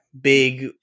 big